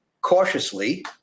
cautiously